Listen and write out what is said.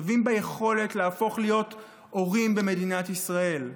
שווים ביכולת להפוך להיות הורים במדינת ישראל.